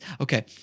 okay